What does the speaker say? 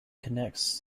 connects